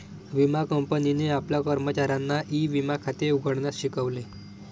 विमा कंपनीने आपल्या कर्मचाऱ्यांना ई विमा खाते उघडण्यास शिकवले